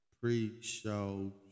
pre-show